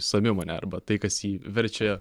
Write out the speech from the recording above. savimone arba tai kas jį verčia